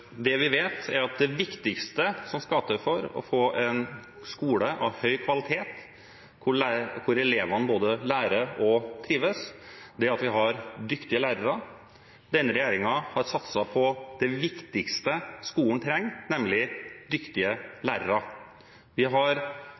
Det vi vet, er at det viktigste for å få en skole av høy kvalitet, hvor elevene både lærer og trives, er at vi har dyktige lærere. Denne regjeringen har satset på det viktigste skolen trenger, nemlig dyktige lærere. Vi har